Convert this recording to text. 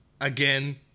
Again